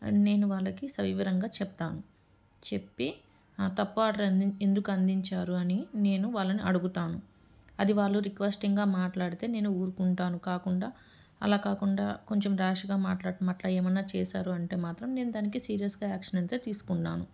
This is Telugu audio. నేను వాళ్ళకి సవివరంగా చెప్తాను చెప్పి తప్పు ఆర్డర్ ఎందుకు అందించారు అని నేను వాళ్ళని అడుగుతాను అది వాళ్ళు రిక్వెస్టింగ్గా మాట్లాడితే నేను ఊరుకుంటాను కాకుండా అలా కాకుండా కొంచెం ర్యాష్గా అట్లా ఏమైనా చేశారు అంటే మాత్రం నేను దానికి సీరియస్గా యాక్షన్ అయితే తీసుకున్నాను